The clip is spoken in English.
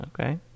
okay